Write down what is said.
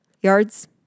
yards